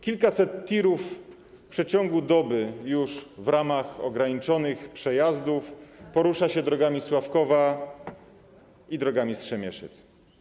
Kilkaset tirów w przeciągu doby już w ramach ograniczonych przejazdów porusza się drogami Sławkowa i drogami Strzemieszyc.